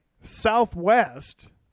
Southwest